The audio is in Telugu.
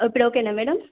ఇప్పుడు ఓకేనా మేడమ్